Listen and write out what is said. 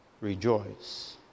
rejoice